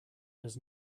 does